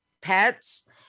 pets